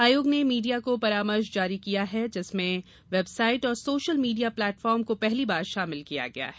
आयोग ने मीडिया को परामर्श जारी किया है जिसमें वेबसाइट और सोशल मीडिया प्लेटफार्म को पहली बार शामिल किया गया है